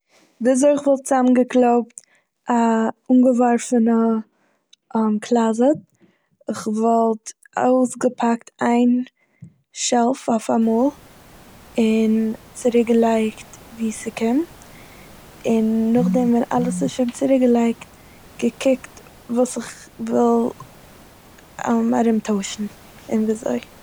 וויזוי כ'וואלט צאמגעקלויבט א אנגעווארפענע קלאזיט. כ'וואלט אויסגעפאקט איין שעלף אויף א מאל און צוריקגעלייגט וואו ס'קומט און נאכדעם ווען אלעס איז שוין צוריקגעלייגט, געקוקט וואס איך וואל ארומטוישן און וויזוי.